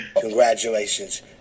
Congratulations